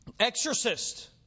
Exorcist